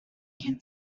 can